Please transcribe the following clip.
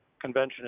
convention